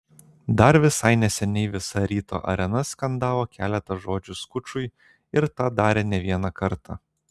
dar visai nesenai visa ryto arena skandavo keletą žodžių skučui ir tą darė ne vieną kartą